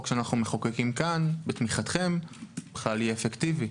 שאנחנו מחוקקים כאן בתמיכתם יהיה אפקטיבי?